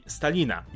Stalina